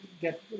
get